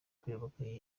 kuyoboka